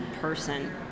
person